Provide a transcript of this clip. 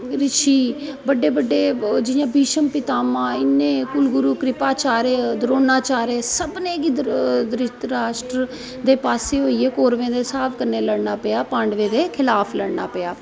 रिशी बडे़ बडे़ जियां भीष्म पितामह् इनें कुलगुरु कृपाचार्य द्रोणाचार्य सभनें गी धृतराष्ट्र दे पास्सै होइयै कौरवें दे कन्नै लड़ना पेआ पाडवें दे खिलाफ लड़ना पेआ